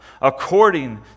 according